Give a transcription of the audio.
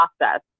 process